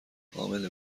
امنه